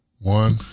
one